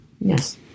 Yes